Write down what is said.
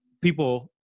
people